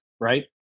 right